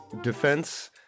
defense